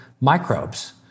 microbes